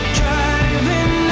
driving